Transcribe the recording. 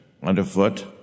underfoot